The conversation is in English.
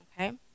okay